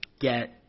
get